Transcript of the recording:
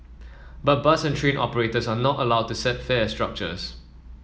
but bus and train operators are not allowed to set fare structures